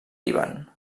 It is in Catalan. líban